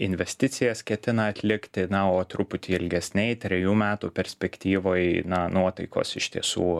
investicijas ketina atlikti na o truputį ilgesnėj trejų metų perspektyvoj na nuotaikos iš tiesų